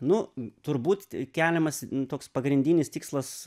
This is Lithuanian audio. nu turbūt keliamas toks pagrindinis tikslas